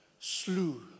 slew